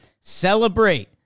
celebrate